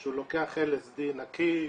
שהוא לוקח LSD נקי,